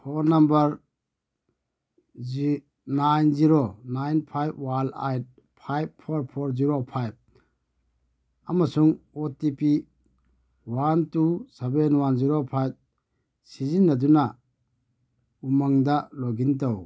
phone number nine zero nine five one eight five four four zero five ꯑꯃꯁꯨꯡ O T P one two seven one zero five ꯁꯤꯖꯤꯟꯅꯗꯨꯅ ꯎꯃꯪꯗ ꯂꯣꯛꯏꯟ ꯇꯧ